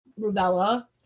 rubella